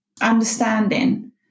understanding